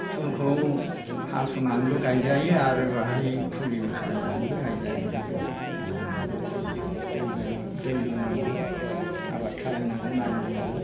फुलखौ हास'नानैबो गायजायो आरो बेहाय फुलिबो खालायनानैबो गायजायो बेगर माबानानै दैबो लु दै लुनांगौ आबाद खालायनांगौ नायनांगौ